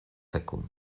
sekund